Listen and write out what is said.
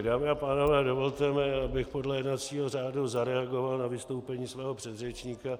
Dámy a pánové, dovolte mi, abych podle jednacího řádu zareagoval na vystoupení svého předřečníka.